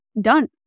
done